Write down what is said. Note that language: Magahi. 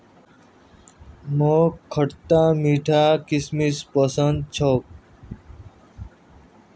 मोक खटता मीठा किशमिश पसंद छोक